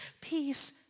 Peace